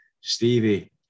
Stevie